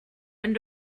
and